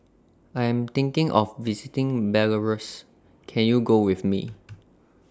I Am thinking of visiting Belarus Can YOU Go with Me